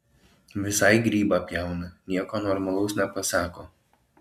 visai grybą pjauna nieko normalaus nepasako